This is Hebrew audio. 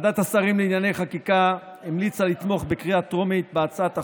ועדת השרים לענייני חקיקה המליצה לתמוך בקריאה טרומית בהצעת החוק,